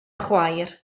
chwaer